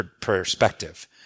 perspective